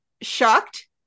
shocked